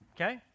Okay